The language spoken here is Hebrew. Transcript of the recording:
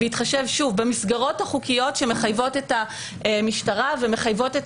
בהתחשב שוב במסגרות החוקיות שמחייבות את המשטרה ומחייבות את